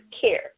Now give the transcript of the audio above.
care